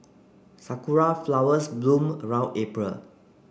sakura flowers bloom around April